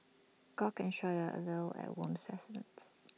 gawk and shudder A little at worm specimens